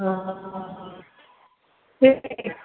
शहरसँ एतबा दूर कयलखिन